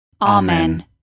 Amen